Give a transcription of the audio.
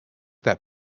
that